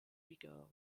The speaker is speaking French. vigueur